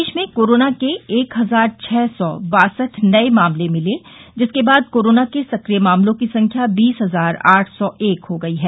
प्रदेश में कोरोना के एक हजार छः सौ बासठ नये मामले मिले जिसके बाद कोरोना के सक्रिय मामलों की संख्या बीस हजार आठ सौ एक हो गई है